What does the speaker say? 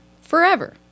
forever